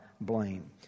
blame